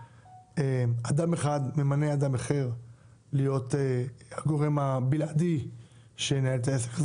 שאדם אחד ממנה אדם אחר להיות הגורם הבלעדי שינהל את העסק הזה.